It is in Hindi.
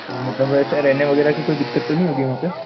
और मतलब ऐसा रहने वगैरह की कोई दिक़्क़त तो नहीं होगी वहाँ पे